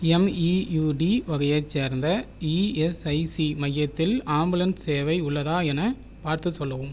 எம்இயுடி வகையைச் சேர்ந்த இஎஸ்ஐசி மையத்தில் ஆம்புலன்ஸ் சேவை உள்ளதா எனப் பார்த்து சொல்லவும்